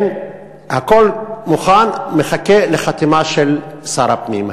הכול מוכן, מחכה לחתימה של שר הפנים.